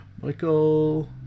Michael